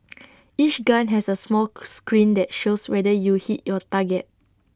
each gun has A small screen that shows whether you hit your target